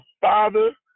Father